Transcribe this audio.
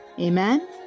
amen